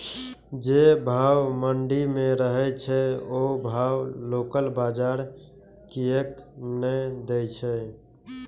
जे भाव मंडी में रहे छै ओ भाव लोकल बजार कीयेक ने दै छै?